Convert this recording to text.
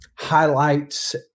highlights